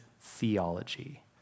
theology